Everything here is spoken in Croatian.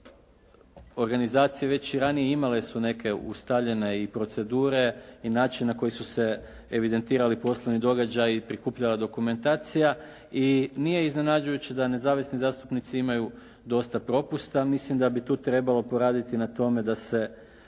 organizacije. Već i ranije imale su neke ustaljene i procedure i način na koji su se evidentirali poslovni događaji, prikupljala dokumentacija i nije iznenađujuće da nezavisni zastupnici imaju dosta propusta. Mislim da bi tu trebalo poraditi na tome da se